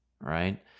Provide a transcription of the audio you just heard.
right